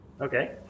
okay